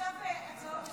לדיון בוועדת החינוך,